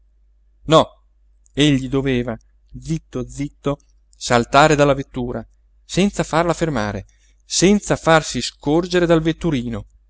le palpebre lente no egli doveva zitto zitto saltare dalla vettura senza farla fermare senza farsi scorgere dal vetturino